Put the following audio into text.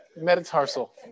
Metatarsal